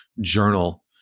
journal